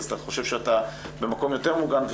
אתה חושב שאתה במקום יותר מוגן,